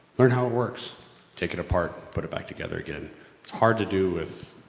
learn how it works take it apart, put it back together again, it's hard to do with,